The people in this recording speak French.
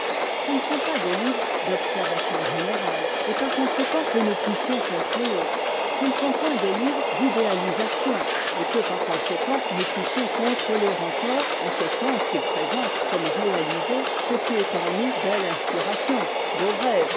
ce ne sont pas des livres d'observation générale et par conséquent que nous puissions contrôler ce ne sont point des livres d'idéalisation et que par conséquent nous puissions contrôler encore en ce sens qu'ils présentent comme réalisé ce qui est en nous belle inspiration